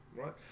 right